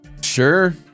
Sure